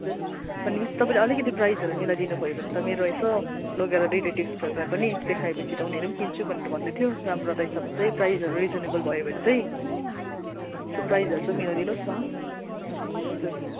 भनेपछि तपाईँले अलिकति प्राइजहरू मिलाइदिनुभयो भने त मेरो यसो लोगेर रिलेटिभ्सहरूलाई पनि देखाएपछि त उनीहरूले पनि किन्छु भनेर भन्दै थियो राम्रो रहेछ भने चाहिँ प्राइसहरू रिजनेबल भयो भने चाहिँ सो प्राइजहरू चाहिँ मिलाइदिनुहोस् न हजुर